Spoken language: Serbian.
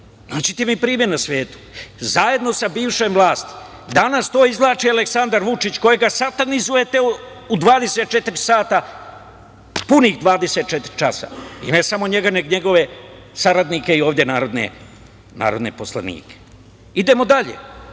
Nađite mi primer na svetu, zajedno sa bivšom vlasti. Danas to izvlači Aleksandar Vučić kojeg satanizujete ovde u punih 24 časova, i ne samo njega, nego i njegove saradnike i narodne poslanike. Idemo dalje,